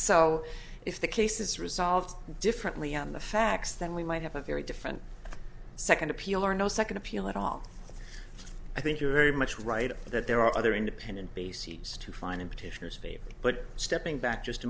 so if the case is resolved differently on the facts then we might have a very different second appeal or no second appeal at all i think you're very much right that there are other independent bases to find in petitioners favor but stepping back just a